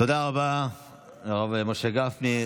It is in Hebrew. תודה לרב משה גפני.